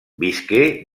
visqué